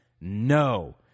No